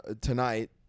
tonight